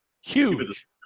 Huge